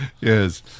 Yes